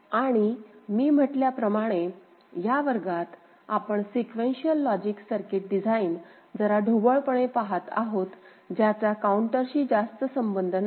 आणि मी म्हटल्याप्रमाणे या वर्गात आपण सिक्वेन्शिअल लॉजिक सर्किट डिझाइन जरा ढोबळपणे पहात आहोत ज्याचा काउंटरशी जास्त संबंध नाही